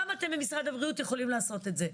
אתם במשרד הבריאות יכולים לעשות את זה.